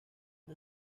the